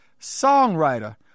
songwriter